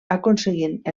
aconseguint